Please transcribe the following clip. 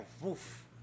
woof